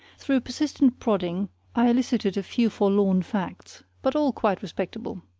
through persistent prodding i elicited a few forlorn facts, but all quite respectable.